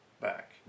back